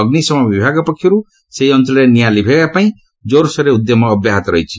ଅଗ୍ରିସମ ବିଭାଗ ପକ୍ଷରୁ ସେହି ଅଞ୍ଚଳରେ ନିଆଁ ଲିଭାଇବା ପାଇଁ ଜୋରସୋରରେ ଉଦ୍ୟମ ଅବ୍ୟାହତ ରହିଛି